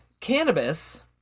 cannabis